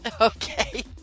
Okay